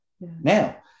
Now